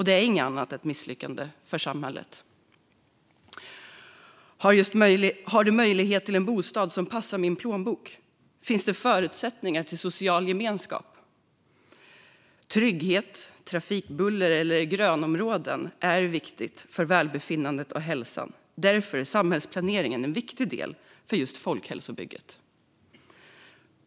Det är inget annat än ett misslyckande för samhället. Har du möjlighet till en bostad som passar din plånbok? Finns det förutsättningar till social gemenskap? Trygghet, trafikbuller eller grönområden är viktigt för välbefinnandet och hälsan. Därför är samhällsplaneringen en viktig del för just folkhälsobygget.